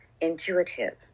intuitive